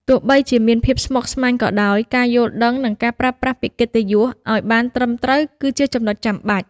ទោះបីជាមានភាពស្មុគស្មាញក៏ដោយ ការយល់ដឹង និងការប្រើប្រាស់ពាក្យកិត្តិយសឱ្យបានត្រឹមត្រូវគឺជាចំណុចចាំបាច់។